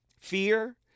Fear